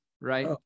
right